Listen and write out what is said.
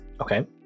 Okay